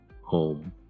home